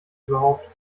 überhaupt